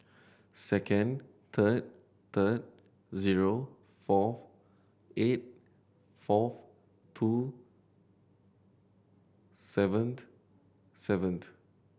second third third zero four eight fourth two seven seven